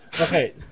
Okay